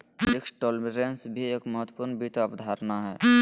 risk tolerance भी एक महत्वपूर्ण वित्त अवधारणा हय